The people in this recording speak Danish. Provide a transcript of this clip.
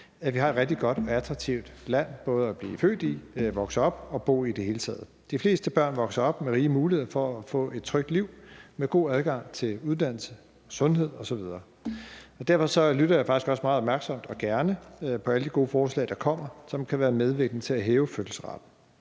at vi har et rigtig godt og attraktivt land, både at blive født i går, vokse op i og i det hele taget bo i. De fleste børn vokser op med rige muligheder for at få et trygt liv med god adgang til uddannelse, sundhed osv. Derfor lytter jeg faktisk også meget opmærksomt og gerne på alle de gode forslag, der kommer, som kan være medvirkende til at hæve fødselsraten.